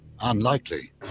Unlikely